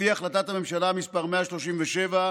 לפי החלטת הממשלה מס' 137,